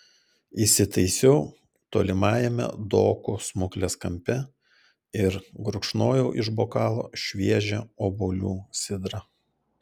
įsitaisiau tolimajame dokų smuklės kampe ir gurkšnojau iš bokalo šviežią obuolių sidrą